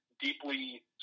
deeply